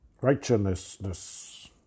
Righteousness